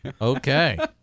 Okay